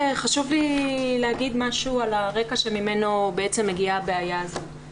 חשוב לי להגיד משהו על הרקע שממנו מגיעה הבעיה הזאת.